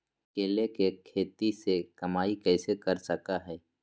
केले के खेती से कमाई कैसे कर सकय हयय?